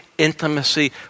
intimacy